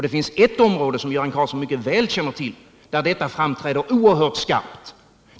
Det finns ett område, som Göran Karlsson mycket väl känner till, där detta framträder oerhört skarpt.